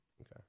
Okay